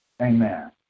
Amen